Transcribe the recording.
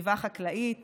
סביבה חקלאית